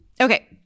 Okay